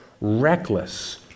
reckless